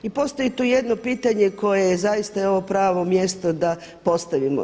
I postoji tu jedno pitanje koje je zaista evo pravo mjesto da postavimo.